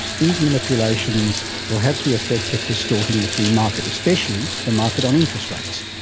these manipulations will have the effect of distorting the free market, especially the market on interest rates,